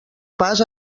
pas